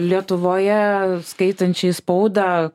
lietuvoje skaitančiai spauda